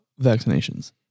vaccinations